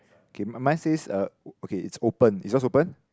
okay my mine says uh okay it's open is yours open